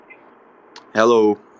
Hello